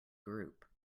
group